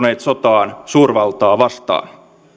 sotaan suurvaltaa vastaan